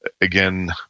again